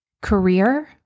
Career